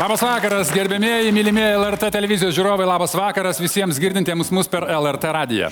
labas vakaras gerbiamieji mylimieji lrt televizijos žiūrovai labas vakaras visiems girdintiems mus per lrt radiją